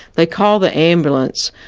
they called the ambulance,